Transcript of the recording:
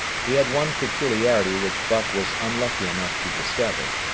he had one peculiarity which buck was unlucky enough to discover.